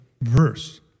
verse